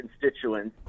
constituents